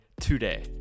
today